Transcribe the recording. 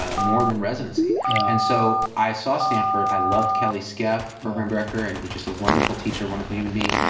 ah more than residency. and so i saw stanford, i loved kelley skeff, program director, and he's but just a wonderful teacher, wonderful human being.